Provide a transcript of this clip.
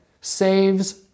saves